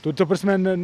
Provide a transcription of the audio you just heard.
tu ta prasme ne